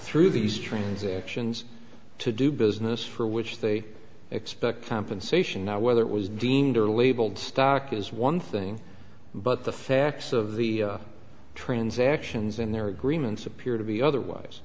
through these transactions to do business for which they expect compensation now whether it was deemed or labeled stock is one thing but the facts of the transactions in their agreements appear to be otherwise